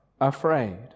afraid